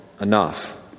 enough